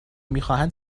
میخواهند